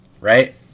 right